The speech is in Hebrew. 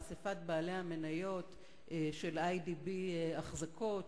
באספת בעלי המניות של "איי.די.בי אחזקות",